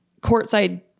courtside